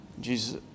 Jesus